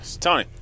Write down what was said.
Tony